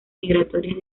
migratorias